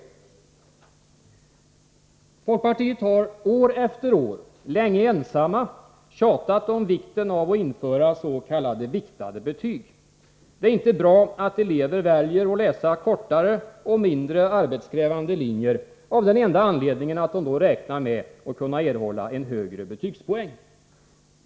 Vi har från folkpartiet år efter år, länge ensamma tjatat om betydelsen av att s.k. viktade betyg införs. Det är inte bra att elever väljer att läsa kortare och mindre arbetskrävande linjer av den enda anledningen att de räknar med att då kunna erhålla en högre betygspoäng.